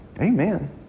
Amen